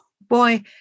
Boy